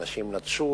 אנשים נטשו